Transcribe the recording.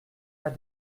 pas